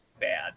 bad